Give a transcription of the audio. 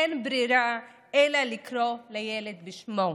אין ברירה אלא לקרוא לילד בשמו: